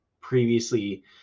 previously